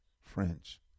French